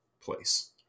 place